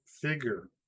figure